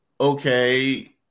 Okay